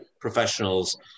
professionals